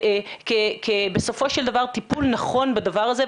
כי בסופו של דבר טיפול נכון בדבר הזה,